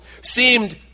seemed